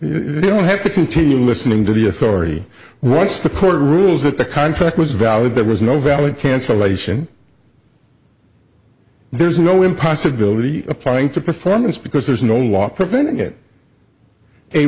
to have to continue listening to the authority once the court rules that the contract was valid there was no valid cancellation there's no impossibilities applying to performance because there's no law preventing